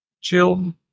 chill